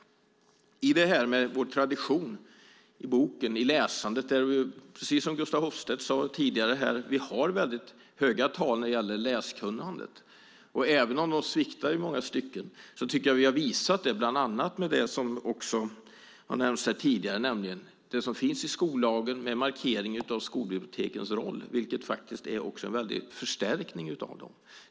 Vår tradition finns i boken, i läsandet. Precis som Gustaf Hoffstedt sade tidigare har vi höga tal när det gäller läskunnandet. Även om de sviktar i många stycken tycker jag att vi har visat det bland annat med det som har nämnts här tidigare, nämligen det som finns i skollagen med markering av skolbibliotekens roll. Det är faktiskt också en förstärkning av dem.